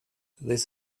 this